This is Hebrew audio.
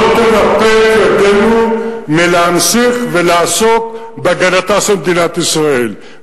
לא תרפה את ידינו מלהמשיך לעסוק בהגנתה של מדינת ישראל,